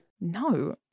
No